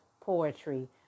poetry